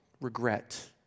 regret